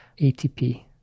ATP